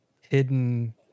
hidden